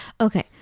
Okay